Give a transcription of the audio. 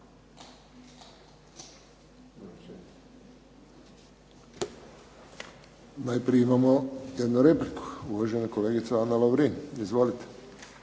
Najprije imamo jednu repliku. Uvažena kolegica Ana Lovrin, izvolite.